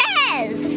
Yes